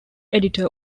editor